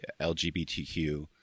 LGBTQ